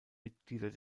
mitglieder